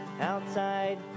outside